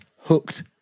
hooked